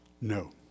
No